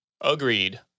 Agreed